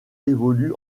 évolue